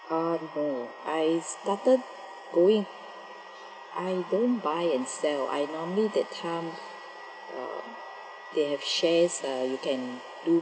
um no I started going I don't buy and sell I normally that time(um) they have shares uh you can do